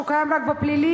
הוא קיים רק בפלילי,